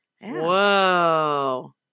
Whoa